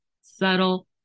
subtle